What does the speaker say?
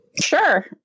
Sure